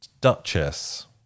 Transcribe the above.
duchess